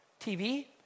TV